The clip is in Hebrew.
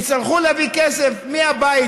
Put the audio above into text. יצטרכו להביא כסף מהבית,